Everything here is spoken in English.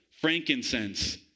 frankincense